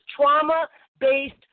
trauma-based